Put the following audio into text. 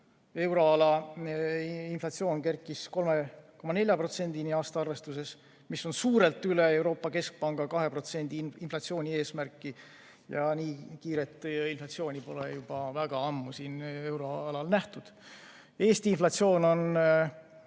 Euroala inflatsioon kerkis 3,4%‑ni aasta arvestuses, mis on suurelt üle Euroopa Keskpanga 2%‑lise inflatsioonieesmärgi. Nii kiiret inflatsiooni pole juba väga ammu euroalal nähtud. Eesti inflatsioon on